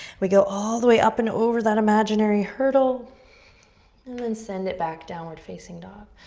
we go all the way up and over that imaginary hurdle and then send it back, downward facing dog.